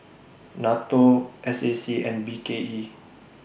NATO S A C and B K E